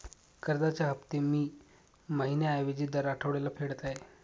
कर्जाचे हफ्ते मी महिन्या ऐवजी दर आठवड्याला फेडत आहे